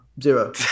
Zero